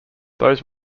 those